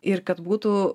ir kad būtų